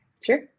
Sure